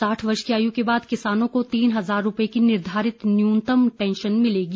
साठ वर्ष की आय़ के बाद किसानों को तीन हजार रूपये की निर्घारित न्यूनतम पेंशन मिलेगी